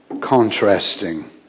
Contrasting